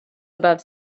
above